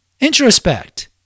Introspect